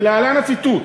ולהלן הציטוט: